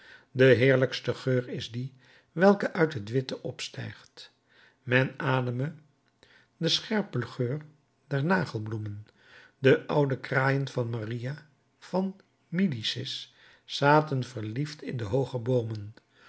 de heerlijkste geur is die welke uit het witte opstijgt men ademde den scherpen geur der nagelbloemen de oude kraaien van maria van midicis zaten verliefd in de hooge boomen